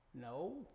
No